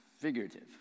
figurative